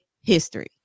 history